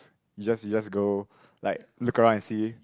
you just you just go like look around and see